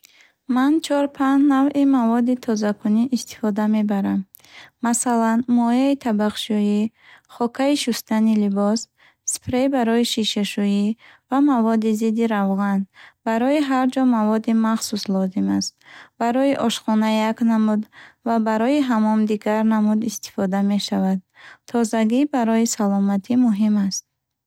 Ман чор панҷ навъи маводи тозакунӣ истифода мебарам. Масалан, моеъи табақшӯйӣ, хокаи шустани либос, спрей барои шишашӯӣ ва маводи зидди равған. Барои ҳар ҷо маводи махсус лозим аст. Барои ошхона як намуд ва барои ҳаммом дигар намуд истифода мешавад. Тозагӣ барои саломатӣ муҳим аст.